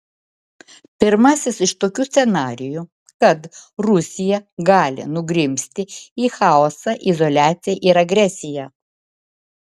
pirmasis iš tokių scenarijų kad rusija gali nugrimzti į chaosą izoliaciją ir agresiją